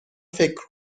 فکر